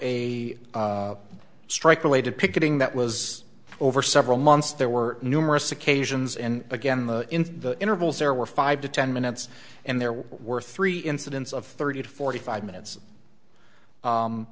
a strike related picketing that was over several months there were numerous occasions and again in the intervals there were five to ten minutes and there were three incidents of thirty to forty five minutes